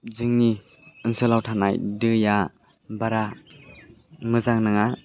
जोंनि ओनसोलाव थानाय दैआ बारा मोजां नङा